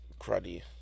cruddy